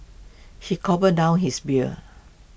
he gulped down his beer